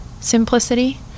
simplicity